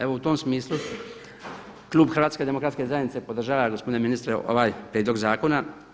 Evo u tom smislu klub HDZ-a podržava gospodine ministre ovaj prijedlog zakona.